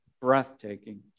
breathtaking